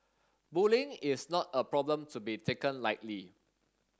bullying is not a problem to be taken lightly